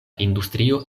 industrio